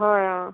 হয় অঁ